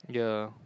ya